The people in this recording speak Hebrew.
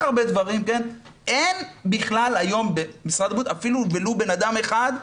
הרבה דברים אין בכלל היום במשרד הבריאות ולו אדם אחד,